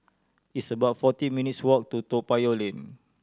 it's about forty minutes' walk to Toa Payoh Lane